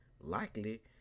likely